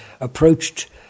approached